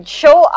show